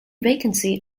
vacancy